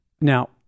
Now